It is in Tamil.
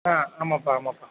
ஆ ஆமாப்பா ஆமாப்பா